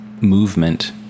movement